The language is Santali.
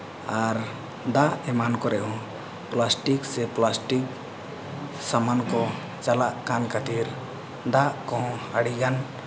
ᱟᱨ ᱫᱟᱜ ᱮᱢᱟᱱ ᱠᱚᱨᱮ ᱦᱚᱸ ᱯᱞᱟᱥᱴᱤᱠ ᱥᱮ ᱯᱞᱟᱥᱴᱤᱠ ᱥᱟᱢᱟᱱ ᱠᱚ ᱪᱟᱞᱟᱜ ᱠᱟᱱ ᱠᱷᱟᱹᱛᱤᱨ ᱫᱟᱜ ᱠᱚᱦᱚᱸ ᱟᱹᱰᱤᱜᱟᱱ